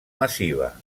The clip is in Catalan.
massiva